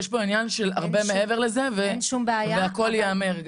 יש פה עניין של הרבה מעבר לזה והכל יאמר.